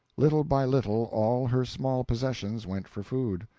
little by little all her small possessions went for food.